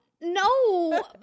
no